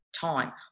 time